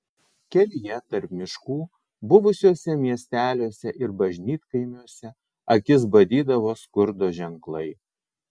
kelyje tarp miškų buvusiuose miesteliuose ir bažnytkaimiuose akis badydavo skurdo ženklai